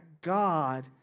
God